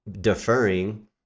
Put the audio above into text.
deferring